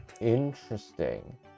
Interesting